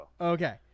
Okay